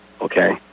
Okay